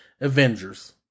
Avengers